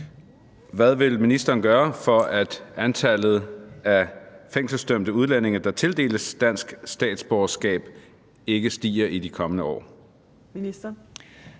Hvad vil ministeren gøre, for at antallet af fængselsdømte udlændinge, der tildeles dansk statsborgerskab, ikke stiger i de kommende år?